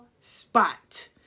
spot